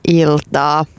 iltaa